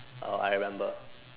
uh I remember